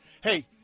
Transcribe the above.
Hey